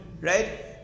Right